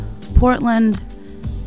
Portland